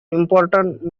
important